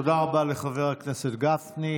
תודה רבה לחבר הכנסת גפני.